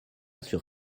sur